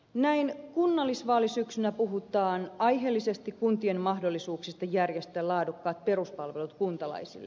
näin kunnallisvaalisyksynä puhutaan aiheellisesti kuntien mahdollisuuksista järjestää laadukkaat peruspalvelut kuntalaisille